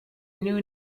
new